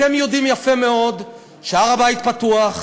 אתם יודעים יפה מאוד שהר הבית פתוח,